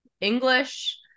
English